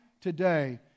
today